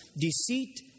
Deceit